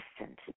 assistant